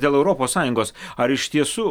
dėl europos sąjungos ar iš tiesų